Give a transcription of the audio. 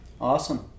Awesome